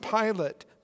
Pilate